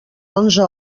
onze